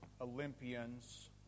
Olympians